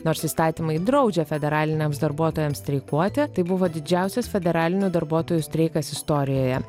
nors įstatymai draudžia federaliniams darbuotojams streikuoti tai buvo didžiausias federalinių darbuotojų streikas istorijoje